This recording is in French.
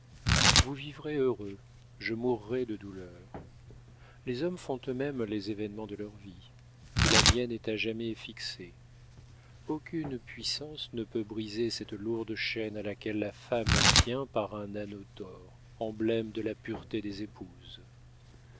vous vivrez heureux je mourrai de douleur les hommes font eux-mêmes les événements de leur vie et la mienne est à jamais fixée aucune puissance ne peut briser cette lourde chaîne à laquelle la femme tient par un anneau d'or emblème de la pureté des épouses